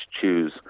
choose